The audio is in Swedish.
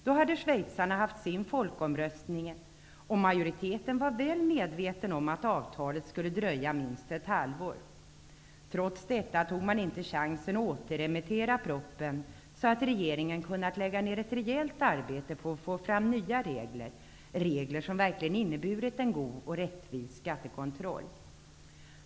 Då hade schweizarna haft sin folkomröstning, och majoriteten var väl medveten om att avtalet skulle dröja minst ett halvår. Trots detta tog man inte chansen att återremittera propositionen, så att regeringen hade kunnat lägga ned ett rejält arbete på att få fram nya regler, regler som verkligen hade inneburit en god och rättvis skattekontroll.